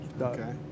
Okay